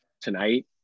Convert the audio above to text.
tonight